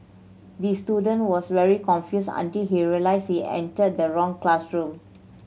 the student was very confused until he realised he entered the wrong classroom